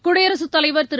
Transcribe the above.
குடியரசுத் தலைவர் திரு